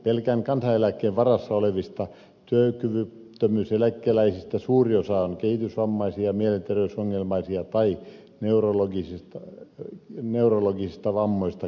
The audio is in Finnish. pelkän kansaneläkkeen varassa olevista työkyvyttömyyseläkeläisistä suuri osa on kehitysvammaisia mielenterveysongelmaisia tai neurologisista vammoista kärsiviä